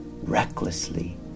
recklessly